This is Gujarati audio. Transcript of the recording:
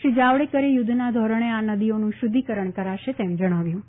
શ્રી જાવડેકરે યુધ્ધના ધોરણે આ નદીઓનું શુપ્ધિકરણ કરાશે તેમ જણાવ્યું હતું